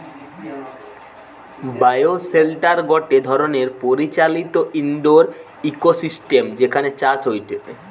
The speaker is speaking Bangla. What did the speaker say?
বায়োশেল্টার গটে ধরণের পরিচালিত ইন্ডোর ইকোসিস্টেম যেখানে চাষ হয়টে